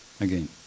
Again